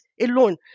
alone